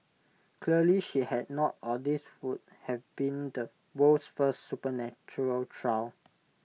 clearly she had not or this would have been the world's first supernatural trial